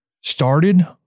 started